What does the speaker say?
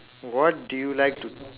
what do you like to